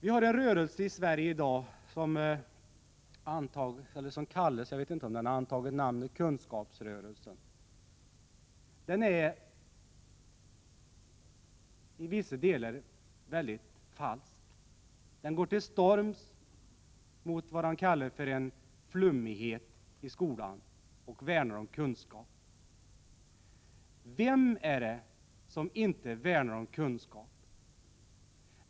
g Det finns i dag i Sverige en rörelse som kallar sig kunskapsrörelsen. Den är till vissa delar väldigt falsk. Den går till storms mot vad man kallar för flummighet i skolan, och den värnar om kunskap. Vem är det som inte värnar om kunskap?